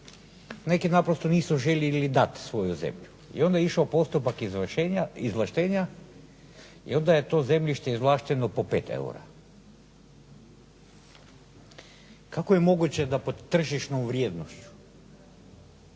neki naprosto nisu željeli dati svoju zemlju, i onda je išao postupak izvlaštenja i onda je to zemljište izvlašteno po 5 eura. Kako je moguće da pod tržišnom vrijednošću